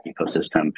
ecosystem